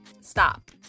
Stop